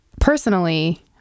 personally